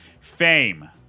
Fame